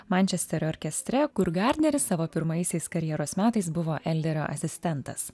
mančesterio orkestre kur garneris savo pirmaisiais karjeros metais buvo elderio asistentas